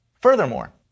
Furthermore